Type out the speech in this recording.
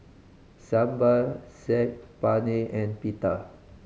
Sambar Saag Paneer and Pita